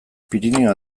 pirinio